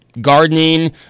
gardening